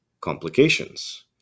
complications